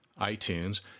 iTunes